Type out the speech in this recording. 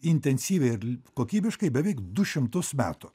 intensyviai ir kokybiškai beveik du šimtus metų